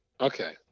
okay